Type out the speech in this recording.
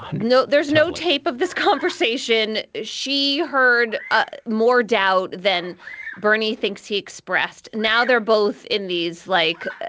no. there's no tape of this conversation. she heard ah more doubt than bernie thinks he expressed. now, they're both in these like,